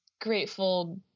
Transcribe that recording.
grateful